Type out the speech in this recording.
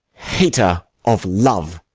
hater of love.